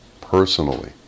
personally